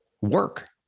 work